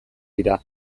dira